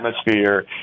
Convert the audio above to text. atmosphere